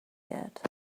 yet